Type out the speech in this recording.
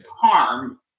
harm